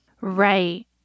Right